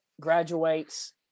graduates